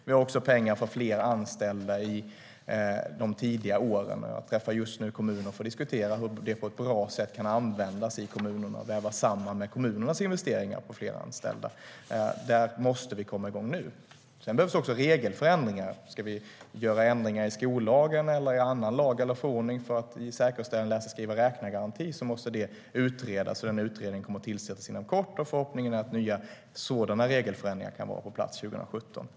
Vi har också pengar till fler anställda i de tidiga årskurserna, och jag träffar just nu kommuner för att diskutera hur det på ett bra sätt kan användas i kommunerna och vävas samman med deras investeringar i fler anställda. Där måste vi komma igång nu. Sedan behövs det också regelförändringar. Ska vi göra ändringar i skollagen eller i annan lag eller förordning för att säkerställa en läsa-skriva-räkna-garanti måste det utredas. Den utredningen kommer att tillsättas inom kort, och förhoppningen är att nya sådana regelförändringar kan vara på plats 2017.